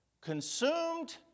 Consumed